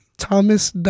Thomas